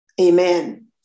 amen